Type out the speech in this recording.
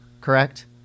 correct